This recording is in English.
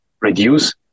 reduce